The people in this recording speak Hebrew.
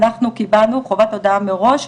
אנחנו קיבלנו חובת הודעה מראש,